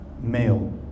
male